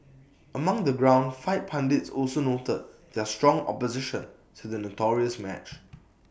among the ground fight pundits also noted their strong opposition to the notorious match